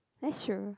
that's true